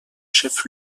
chef